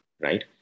right